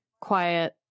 quiet